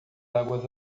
águas